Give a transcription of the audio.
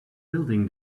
building